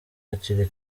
hakiri